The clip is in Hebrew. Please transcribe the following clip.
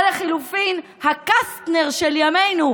או לחלופין הקסטנר של ימינו,